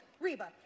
Reba